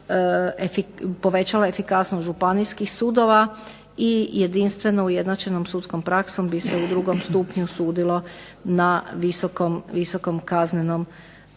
povećala efikasnost županijskih sudova, i jedinstveno ujednačenom sudskom praksom bi se u drugom stupnju sudilo na visokom kaznenom sudu.